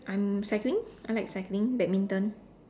um cycling I like cycling badminton